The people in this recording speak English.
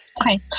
Okay